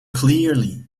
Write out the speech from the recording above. clearly